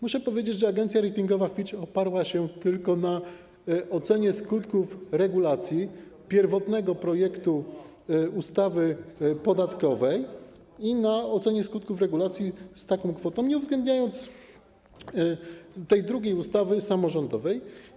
Muszę powiedzieć, że agencja ratingowa Fitch oparła się tylko na ocenie skutków regulacji pierwotnego projektu ustawy podatkowej i na ocenie skutków regulacji z kwotą nieuwzględniającą tej drugiej ustawy samorządowej.